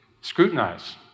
scrutinize